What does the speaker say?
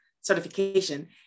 certification